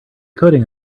coding